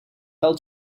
fell